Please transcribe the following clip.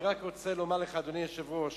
אני רוצה לומר לך, אדוני היושב-ראש,